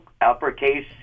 uppercase